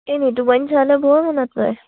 এই নিতুমণি ছাৰলে বৰ মনত পৰে